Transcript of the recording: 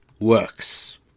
works